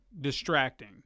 distracting